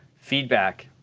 feedback.